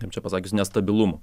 kaip čia pasakius nestabilumų